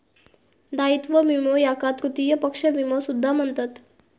दायित्व विमो याका तृतीय पक्ष विमो सुद्धा म्हणतत